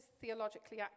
theologically